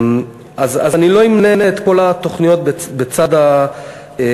אז אני לא אמנה את כל התוכניות בצד ההיצע,